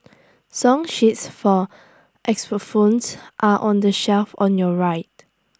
song sheets for xylophones are on the shelf on your right